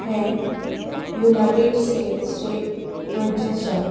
हें United States हांगचें शार